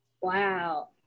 wow